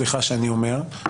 סליחה שאני אומר,